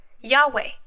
Yahweh